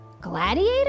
Gladiator